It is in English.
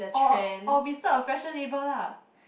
or or we start a fashion label lah